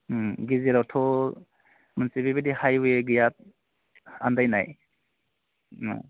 गेजेरावथ' मोनसे बेबायदि हाइवे गैया आन्दायनाय